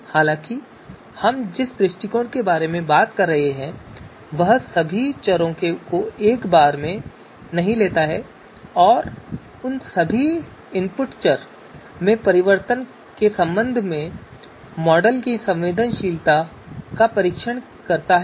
हालाँकि हम जिस दृष्टिकोण के बारे में बात कर रहे हैं वह सभी चरों को एक बार में नहीं लेता है और उन सभी इनपुट चर में परिवर्तन के संबंध में मॉडल की संवेदनशीलता का परीक्षण करता है